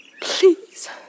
please